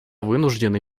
вынуждены